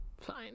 Fine